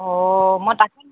অ মই তাকে নাজানো